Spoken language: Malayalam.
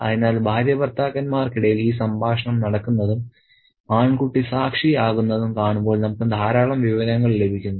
അതിനാൽ ഭാര്യാഭർത്താക്കന്മാർക്കിടയിൽ ഈ സംഭാഷണം നടക്കുന്നതും ആൺകുട്ടി സാക്ഷിയാകുന്നതും കാണുമ്പോൾ നമുക്ക് ധാരാളം വിവരങ്ങൾ ലഭിക്കുന്നു